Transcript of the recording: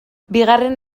bigarren